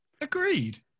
Agreed